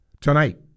tonight